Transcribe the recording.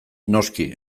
noski